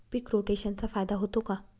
पीक रोटेशनचा फायदा होतो का?